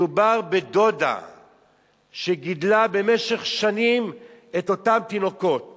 מדובר בדודה שגידלה במשך שנים את אותם תינוקות